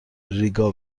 ریگا